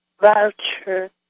voucher